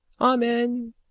Amen